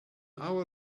hour